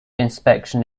inscription